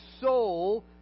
soul